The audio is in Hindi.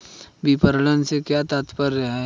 विपणन से क्या तात्पर्य है?